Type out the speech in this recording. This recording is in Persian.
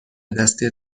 دستی